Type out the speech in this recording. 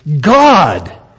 God